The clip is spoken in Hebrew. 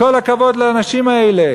כל הכבוד לאנשים האלה